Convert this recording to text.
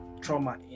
trauma